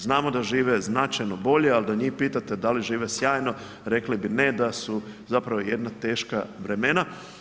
Znamo da žive značajno bolje ali da njih pitate da li žive sjajno, rekli bi ne, da su zapravo jedna teška vremena.